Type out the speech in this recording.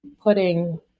putting